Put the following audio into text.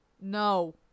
No